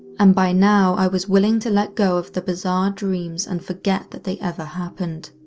and by now i was willing to let go of the bizarre dreams and forget that they ever happened.